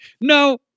No